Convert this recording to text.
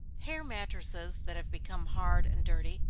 hair mattresses that have become hard and dirty,